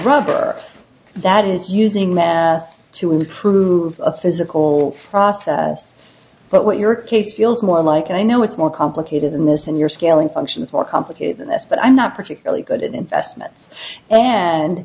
rubber that is using math to improve a physical process but what your case feels more like and i know it's more complicated than this and you're scaling function is more complicated than this but i'm not particularly good investment and